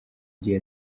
gihe